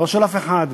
לא של אף אחד,